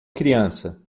criança